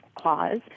Clause